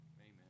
Amen